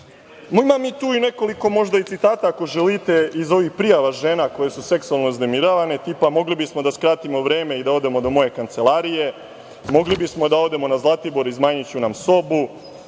tu i nekoliko citata, ako želite, iz ovih prijava žena koje su seksualno uznemiravane, tipa – mogli bismo da skratimo vreme i da odemo do moje kancelarije, mogli bismo da odemo na Zlatibor, iznajmiću nam sobu,